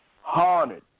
haunted